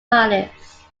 palace